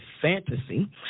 fantasy